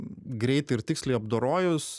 greitai ir tiksliai apdorojus